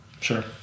Sure